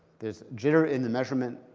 there's jitter in the measurement,